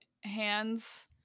hands